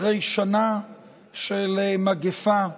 אחרי שנה של מגפה,